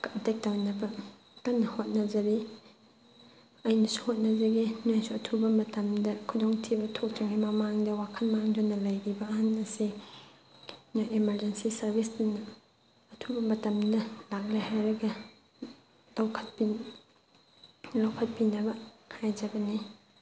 contact ꯇꯧꯅꯕ ꯀꯟꯅ ꯍꯣꯠꯅꯖꯔꯤ ꯑꯩꯅꯁꯨ ꯍꯣꯠꯅꯖꯒꯦ ꯅꯣꯏꯁꯨ ꯑꯊꯨꯕ ꯃꯇꯝꯗ ꯈꯨꯗꯣꯡ ꯊꯤꯕ ꯊꯣꯛꯇ꯭ꯔꯤꯉꯩ ꯃꯃꯥꯡꯗ ꯋꯥꯈꯟ ꯃꯥꯡꯗꯨꯅ ꯂꯩꯔꯤꯕ ꯑꯍꯟ ꯑꯁꯤ ꯅꯣꯏ ꯏꯃꯥꯔꯖꯦꯟꯁꯤ ꯁꯥꯔꯕꯤꯁꯇꯨꯅ ꯑꯊꯨꯕ ꯃꯇꯝꯗ ꯂꯥꯛꯂꯦ ꯍꯥꯏꯔꯒ ꯂꯧꯈꯠꯄꯤꯅꯕ ꯍꯥꯏꯖꯕꯅꯤ